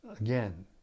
Again